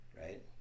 right